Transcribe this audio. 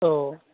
औ